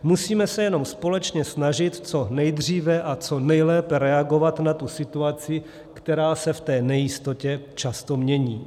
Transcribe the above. Musíme se jenom společně snažit co nejdříve a co nejlépe reagovat na tu situaci, která se v té nejistotě často mění.